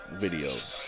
videos